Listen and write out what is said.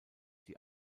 die